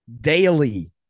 daily